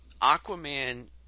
Aquaman